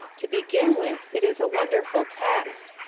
to begin with, it is a wonderful text.